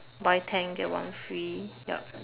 buy ten get one free yup